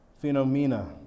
Phenomena